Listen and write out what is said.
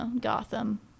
Gotham